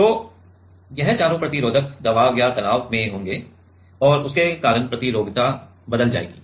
तो यह चारों प्रतिरोधक दबाव या तनाव में होंगे और उसके कारण प्रतिरोधकता बदल जाएगी